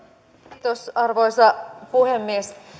kiitos arvoisa puhemies